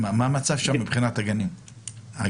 מה המצב שם מבחינת הגנים הציבוריים?